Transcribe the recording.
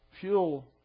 fuel